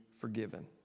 forgiven